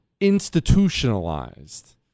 institutionalized